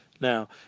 now